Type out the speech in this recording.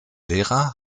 lehrer